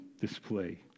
display